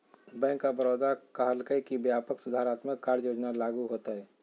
bank of Baroda कहलकय कि व्यापक सुधारात्मक कार्य योजना लागू होतय